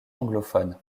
anglophone